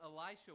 Elisha